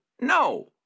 no